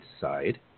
side